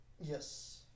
yes